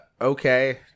Okay